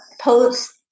post